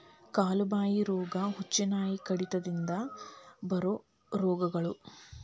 ಕಾಲು ಬಾಯಿ ರೋಗಾ, ಹುಚ್ಚುನಾಯಿ ಕಡಿತದಿಂದ ಬರು ರೋಗಗಳು